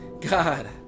god